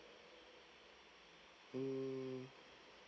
mm